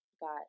got